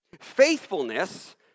Faithfulness